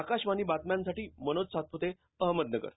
आकाशवाणी बातम्यासाठी मनोज सातपूते अहमदनगर